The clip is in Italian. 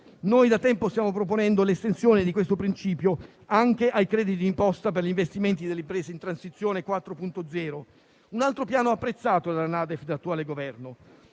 da tempo stiamo proponendo l'estensione di questo principio anche ai crediti d'imposta per gli investimenti delle imprese in Transizione 4.0, piano anch'esso apprezzato dalla NADEF e dall'attuale Governo.